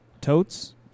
totes